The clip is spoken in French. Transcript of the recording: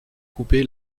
coupé